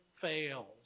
fails